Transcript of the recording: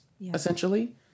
essentially